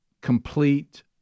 complete